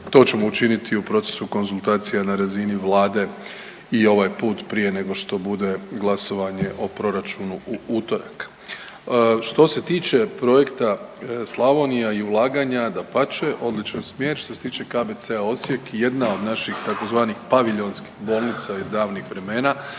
to ćemo učiniti i u procesu konzultacija na razini Vlade i ovaj put prije nego što bude glasovanje o proračunu u utorak. Što se tiče Projekta Slavonija i ulaganja, dapače odličan smjer, što se tiče KBC-a Osijek jedna od naših tzv. paviljonskih bolnica iz davnih vremena